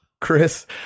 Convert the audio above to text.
Chris